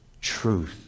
truth